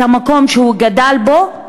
את המקום שהוא גדל בו?